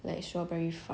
like strawberry farm